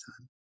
time